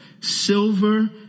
silver